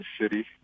city